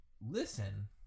listen